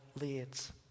leads